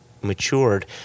matured